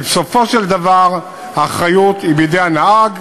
כי בסופו של דבר האחריות היא בידי הנהג.